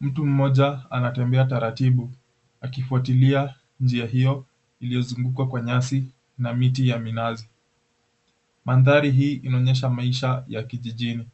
Mtu mmoja anatembea taratibu akifuatilia njia hiyo iliyozungukwa kwa nyasi na miti na minazi. Mandhari hii inaonyesha maisha ya kijijini.